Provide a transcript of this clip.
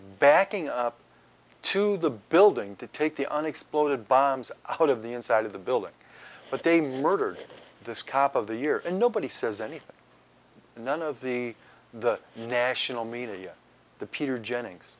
backing up to the building to take the unexploded bombs out of the inside of the building but they murdered this cop of the year and nobody says anything and none of the the national media the peter jennings